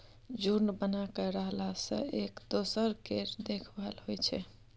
झूंड बना कय रहला सँ एक दोसर केर देखभाल होइ छै